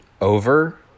over